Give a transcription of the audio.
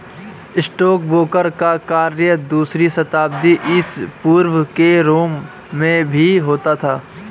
stockbroker का कार्य दूसरी शताब्दी ईसा पूर्व के रोम में भी होता था